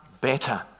better